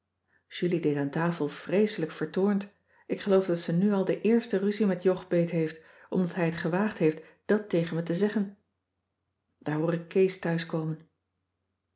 julie deed aan tafel vreeselijk vertoornd ik geloof dat ze nu al de eerste ruzie met jog beet heeft omdat hij het gewaagd heeft dàt tegen me te zeggen daar hoor ik kees thuiskomen